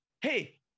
Hey